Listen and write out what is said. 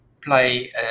play